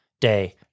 day